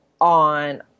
on